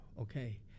Okay